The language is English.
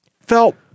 felt